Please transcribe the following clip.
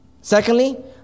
Secondly